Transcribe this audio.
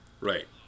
Right